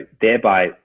thereby